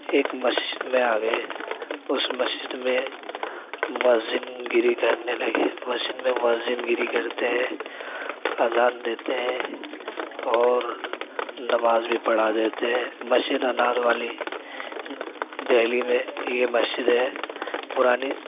ایک مسجد میں آ گئے اُس مسجد میں مؤذن گیری کرنے لگے مسجد میں مؤذن گیری کرتے ہیں اذان دیتے ہیں اور نماز بھی پڑھا دیتے ہیں مسجد انار والی دہلی میں یہ مسجد ہے پرانی